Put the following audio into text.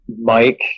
Mike